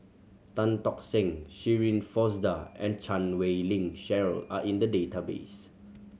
Tan Tock Seng Shirin Fozdar and Chan Wei Ling Cheryl are in the database